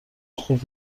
خوب